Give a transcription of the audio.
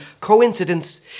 coincidence